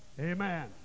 Amen